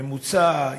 הממוצע,